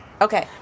Okay